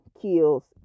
kills